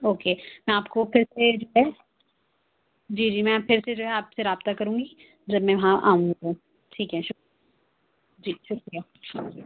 okay میں آپ کو پھر سے جو ہے جی جی میں پھر سے جو ہے آپ سے رابطہ کروں گی جب میں وہاں آؤں گی ٹھیک ہے شُکر جی شُکریہ